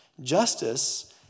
Justice